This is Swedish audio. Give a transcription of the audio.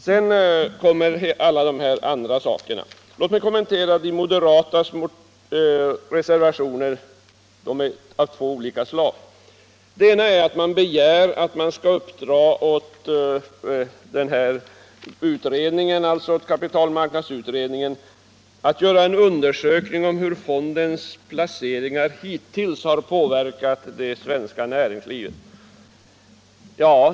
Jag vill sedan kommentera de moderatas reservationer, som är av två olika slag. I den ena reservationen begär man att det skall uppdras åt kapitalmarknadsutredningen att göra en undersökning av hur fondens placeringar hittills har påverkat det svenska näringslivet.